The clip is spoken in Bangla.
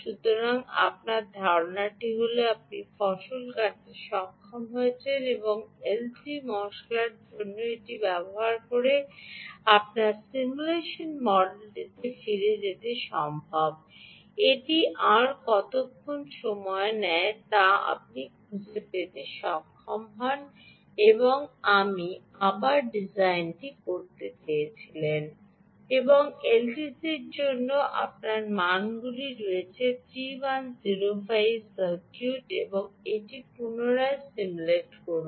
সুতরাং ধারণাটি হল আপনি ফসল কাটাতে সক্ষম হবেন এবং এলটি spice সাহায্যে আপনার সিমুলেশন মডেলটিতে ফিরে যেতে সম্ভবত এটি আর কতক্ষণ সময় নেয় তা আপনি খুঁজে পেতে সক্ষম হন এবং আপনি আবার ডিজাইন করতে জানেন এবং এলটিসির জন্য মানগুলি রেখেছেন 3105 সার্কিট এবং এটি পুনরায় সিমুলেট করুন